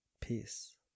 Peace